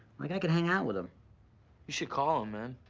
like i could hang out with him. you should call him, man.